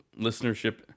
listenership